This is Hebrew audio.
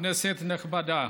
כנסת נכבדה,